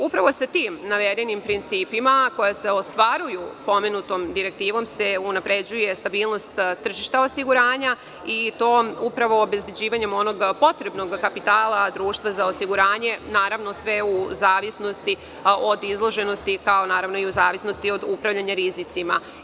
Upravo sa tim navedenim principima koji se ostvaruju pomenutom direktivom se unapređuje stabilnost tržišta osiguranja, upravo obezbeđivanjem onog potrebnog kapitala društva za osiguranje, a naravno sve u zavisnosti od izloženosti, kao i u zavisnosti od upravljanja rizicima.